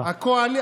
בעברית?